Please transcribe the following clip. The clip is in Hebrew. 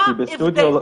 מה ההבדל?